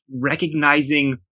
recognizing